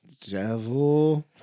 Devil